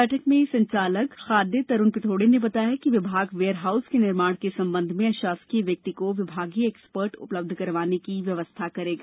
बैठक में संचालक खाद्य श्री तरूण पिथोड़े ने बताया कि विभाग वेयर हाऊस के निर्माण के संबंध में अशासकीय व्यक्ति को विभागीय एक्सपर्ट उपलब्ध करवाने की व्यवस्था करेगा